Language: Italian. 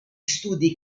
studi